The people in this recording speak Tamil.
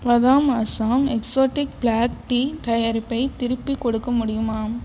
வதாம் அசாம் எக்ஸாட்டிக் பிளாக் டீ தயாரிப்பை திருப்பிக் கொடுக்க முடியுமா